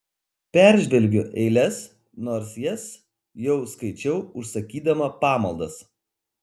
peržvelgiu eiles nors jas jau skaičiau užsakydama pamaldas